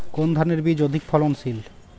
কোন ধানের বীজ অধিক ফলনশীল?